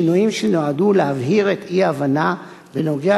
שינויים שנועדו להבהיר את האי-הבנה בנוגע